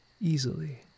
easily